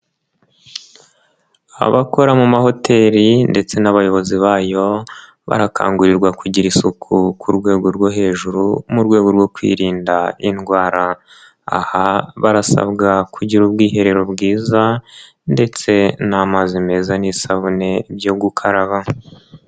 Abakora mu mahoteli ndetse n'abayobozi bayo barakangurirwa kugira isuku ku rwego rwo hejuru mu rwego rwo kwirinda indwara. Aha barasabwa kugira ubwiherero bwiza ndetse n'amazi meza n'isabune byo gukaraba.